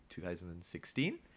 2016